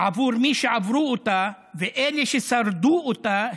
עבור מי שעברו אותה ואלו ששרדו אותה,